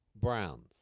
Browns